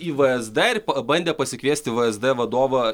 į vzd ir pabandė pasikviesti vzd vadovą